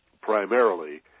primarily